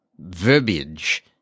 verbiage